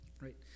right